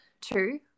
Two